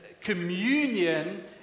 communion